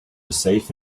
safe